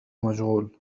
مشغول